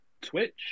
Twitch